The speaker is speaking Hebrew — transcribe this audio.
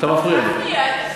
אתה מפריע לי.